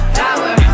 power